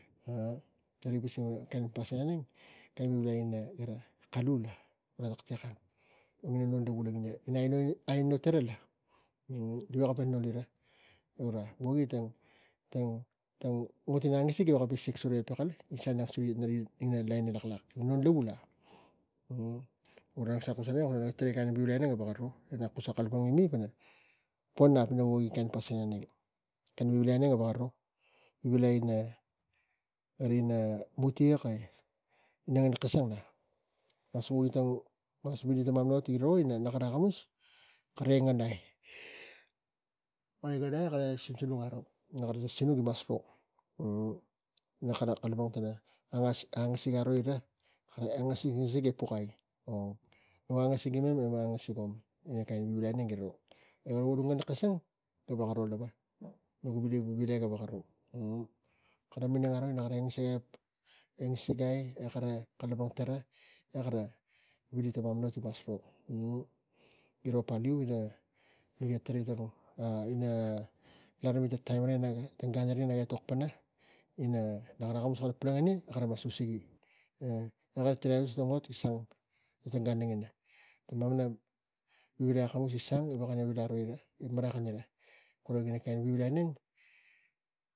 Rik pisingi kain pasin auneng e wei ina kalu la pona taktek ang e wogi ina non aino ira rik veko po noli ra o gura wogi tang tang ot ina angasik kisang rik nek puka ani ini lain e laklak gura la sa kusa ni auneng kula vivilai auneng gaveko ro e nak kusa palang ani mi po nap ina wogi kain pasin auneng e kain vivilai auneng gaveko ro vivilai ina ira ira mutiek ina ngen kisang e mik mas wogi neng tang ina mamana ot iro e na kara akamus kara e ngen ai wo kara kara sinsinuk aro e ne kara sinuk gi ro. Na kara kalapang te mik mas angasigira e kara ngasik su gig gi pukai ong won mikn angasigi mem mem angasigi mi ne kain vivilai garo. E wo nuk wuk ngen kisang gaveko ro lava gura tang vivilai auneng gaveko ro. Kara minang ara kara usigi hep e kara kalapang npana e kara vili mamana ot giro. E giro paliu miga tarai garo ina larimi ta taimn gara ina nak tang gan ara nak etok ina na kara akamus kara toni usigi. E kara sang e gan tara mamana vivilai akamus gi riga veko vivilai ro sura rik marakani ra gura gara kain vivilai.